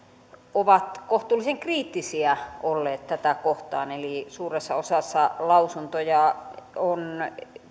ovat kohtuullisen kriittisiä olleet tätä kohtaan eli suuressa osassa lausuntoja on